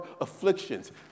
afflictions